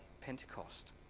Pentecost